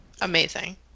Amazing